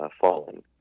falling